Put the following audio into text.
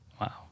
Wow